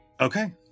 Okay